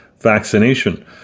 vaccination